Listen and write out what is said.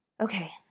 Okay